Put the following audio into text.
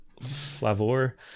flavor